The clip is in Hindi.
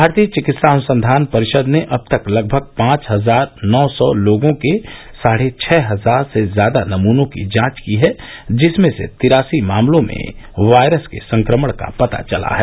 भारतीय चिकित्सा अनुसंधान परिषद ने अब तक लगभग पांच हजार नौ सौ लोगों के साढ़े छह हजार से ज्यादा नमूनों की जांच की है जिसमें से तिरासी मामलों में वायरस के संक्रमण का पता चला है